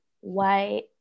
white